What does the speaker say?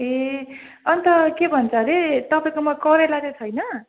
ए अन्त के भन्छ अरे तपाईँकोमा करेला चाहिँ छैन